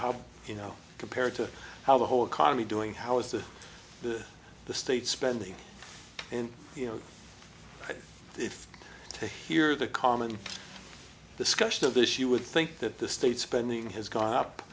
do you know compared to how the whole economy doing how is the the the state spending and you know if to hear the common discussion of this you would think that the state spending has gone up